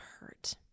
hurt